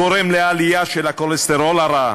גורם לעלייה של הכולסטרול הרע,